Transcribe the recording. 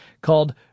called